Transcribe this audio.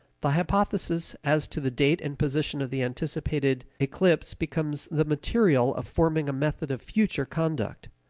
the hypothesis as to the date and position of the anticipated eclipse becomes the material of forming a method of future conduct.